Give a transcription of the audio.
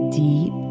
deep